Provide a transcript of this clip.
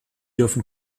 dürfen